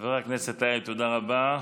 חבר הכנסת טייב, תודה רבה.